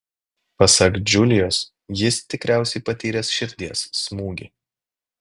pasak džiulijos jis tikriausiai patyręs širdies smūgį